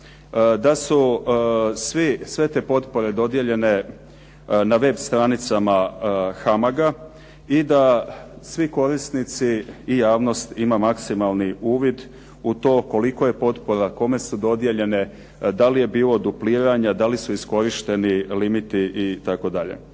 da su sve te potpore dodijeljene na web stranicama HAMAG-a i da svi korisnici i javnost ima maksimalni uvid u to koliko je potpora, kome su dodijeljene, da li je bilo dupliranja, da li su iskorišteni limiti itd.